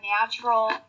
natural